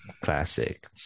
Classic